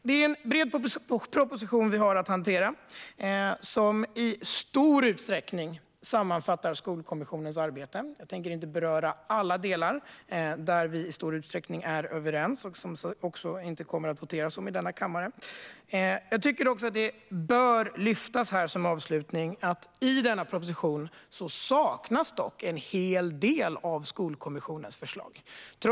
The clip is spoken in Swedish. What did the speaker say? Det är en bred proposition vi har att hantera, som i stor utsträckning sammanfattar Skolkommissionens arbete. Jag tänker inte beröra alla de delar där vi i stor uträckning är överens och som det inte kommer att voteras om i denna kammare. Jag tycker dock avslutningsvis att det bör lyftas att en hel del av Skolkommissionens förslag saknas i denna proposition.